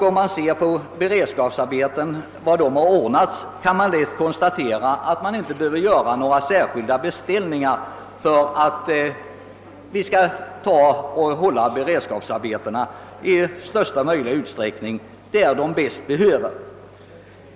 Om man ser var beredskapsarbeten tidigare ordnats, kan man lätt konstatera att vi inte behöver göra några specialbeställningar för att hålla dessa så stora som möjligt och där de bäst behövs.